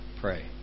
pray